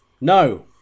no